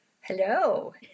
Hello